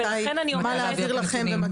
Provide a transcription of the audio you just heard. מה להעביר לכם ומתי.